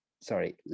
Sorry